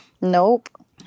Nope